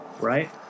right